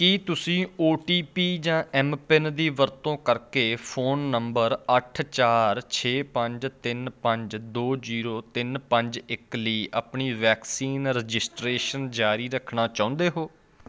ਕੀ ਤੁਸੀਂ O T P ਜਾਂ MPIN ਦੀ ਵਰਤੋਂ ਕਰਕੇ ਫ਼ੋਨ ਨੰਬਰ ਅੱਠ ਚਾਰ ਛੇ ਪੰਜ ਤਿੰਨ ਪੰਜ ਦੋ ਜ਼ੀਰੋ ਤਿੰਨ ਪੰਜ ਇੱਕ ਲਈ ਆਪਣੀ ਵੈਕਸੀਨ ਰਜਿਸਟ੍ਰੇਸ਼ਨ ਜਾਰੀ ਰੱਖਣਾ ਚਾਹੁੰਦੇ ਹੋ